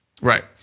Right